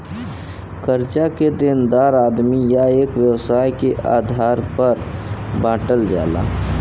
कर्जा के देनदार आदमी या एक व्यवसाय के आधार पर बांटल जाला